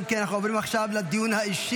אם כן, אנחנו עוברים עכשיו לדיון האישי.